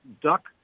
duck